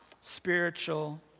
spiritual